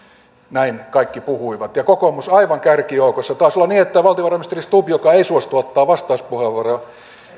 näin kaikki puhuivat kokoomus aivan kärkijoukoissa taisi olla niin että valtiovarainministeri stubb joka ei suostu ottamaan vastauspuheenvuoroja